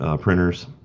printers